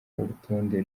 urutonde